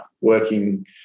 Working